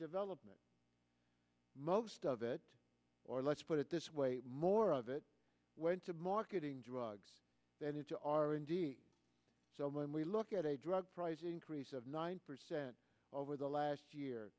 development most of it or let's put it this way more of it went to marketing drugs than into r and d so when we look at a drug prices increase of nine percent over the last year